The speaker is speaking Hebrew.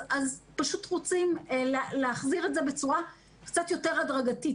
אז פשוט רוצים להחזיר את זה בצורה קצת יותר הדרגתית.